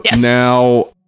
Now